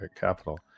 capital